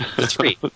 Three